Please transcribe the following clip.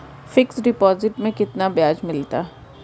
Fix deposit में कितना ब्याज मिलता है?